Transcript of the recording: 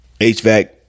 HVAC